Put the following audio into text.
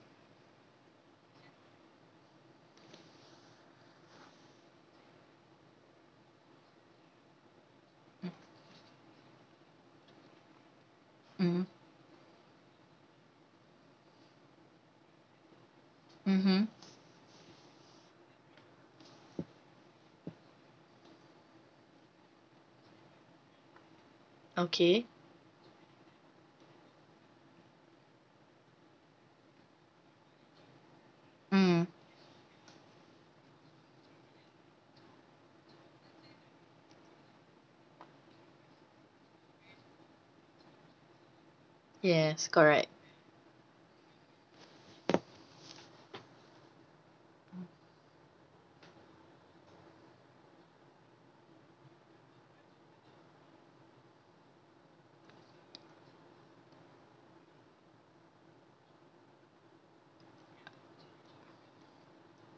mm mm mmhmm okay mm yes correct mm